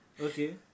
Okay